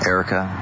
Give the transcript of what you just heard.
Erica